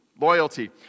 Loyalty